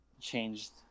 changed